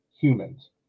humans